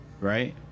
right